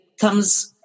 comes